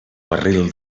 barril